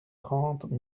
trente